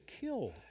killed